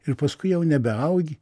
ir paskui jau nebeaugi